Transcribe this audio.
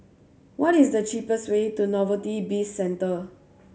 what is the cheapest way to Novelty Bizcentre